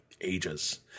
ages